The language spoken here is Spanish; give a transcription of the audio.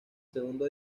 segundo